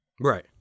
Right